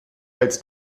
als